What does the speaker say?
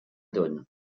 donne